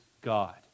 God